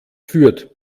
führt